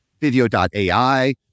Video.ai